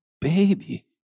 baby